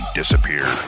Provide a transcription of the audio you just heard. disappear